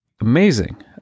amazing